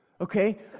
okay